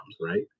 right